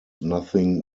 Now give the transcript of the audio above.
nothing